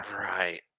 Right